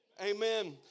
amen